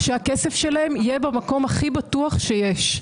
שהכסף שלהם יהיה במקום הכי בטוח שיש.